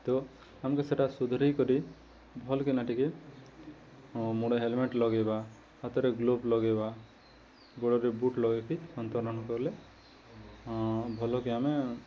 ତ ଆମକୁ ସେଟା ସୁଧରେଇ କରି ଭଲକିନା ଟିକେ ମୁହଁରେ ହେଲମେଟ୍ ଲଗେଇବା ହାତରେ ଗ୍ଲୋଭ୍ସ ଲଗେଇବା ଗୋଡ଼ରେ ବୁଟ୍ ଲଗେଇକି ସନ୍ତରଣ କଲେ ଭଲକି ଆମେ